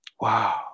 Wow